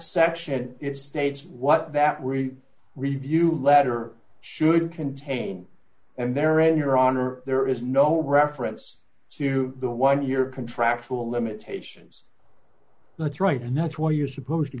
section add it states what that we review letter should contain and there and your honor there is no reference to the one year contractual limitations that's right and that's what you're supposed to